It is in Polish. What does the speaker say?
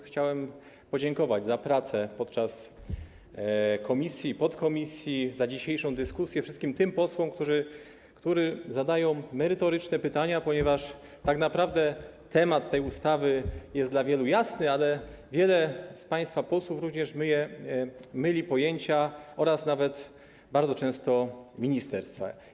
Chciałem bardzo podziękować za pracę podczas posiedzeń komisji i podkomisji, za dzisiejszą dyskusję wszystkim tym posłom, którzy zadają merytoryczne pytania, ponieważ tak naprawdę temat tej ustawy jest dla wielu jasny, ale wielu z państwa posłów myli pojęcia oraz nawet bardzo często ministerstwa.